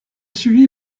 suivi